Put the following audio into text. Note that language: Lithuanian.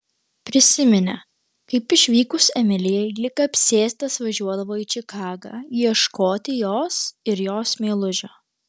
prisiminė kaip išvykus emilijai lyg apsėstas važiuodavo į čikagą ieškoti jos ir jos meilužio